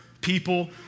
people